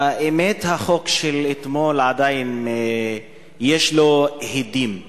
האמת, החוק של אתמול עדיין יש לו הדים.